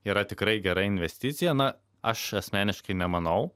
yra tikrai gera investicija na aš asmeniškai nemanau